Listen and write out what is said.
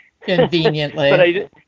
Conveniently